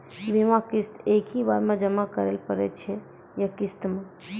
बीमा किस्त एक ही बार जमा करें पड़ै छै या किस्त मे?